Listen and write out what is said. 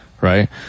Right